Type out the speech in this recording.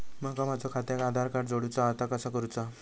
माका माझा खात्याक आधार कार्ड जोडूचा हा ता कसा करुचा हा?